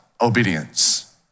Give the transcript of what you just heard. obedience